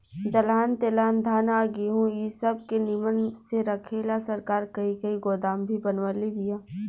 दलहन तेलहन धान आ गेहूँ इ सब के निमन से रखे ला सरकार कही कही गोदाम भी बनवले बिया